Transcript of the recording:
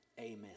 Amen